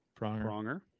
Pronger